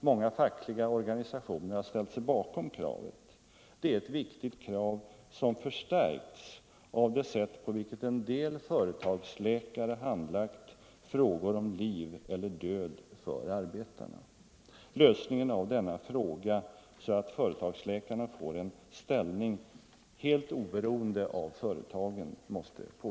Många fackliga organisationer har ställt sig bakom kravet. Och detta viktiga krav har förstärkts av det sätt på vilket en del företagsläkare har handlagt frågor om liv eller död för arbetarna. Lösningen av detta problem måste påskyndas, så att företagsläkarna får en ställning som är helt oberoende av företagen.